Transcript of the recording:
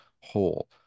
whole